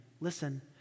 listen